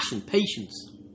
patience